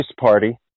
party